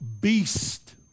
beast